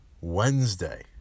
Wednesday